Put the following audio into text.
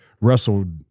wrestled